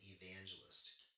evangelist